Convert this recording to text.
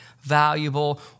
valuable